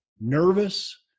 nervous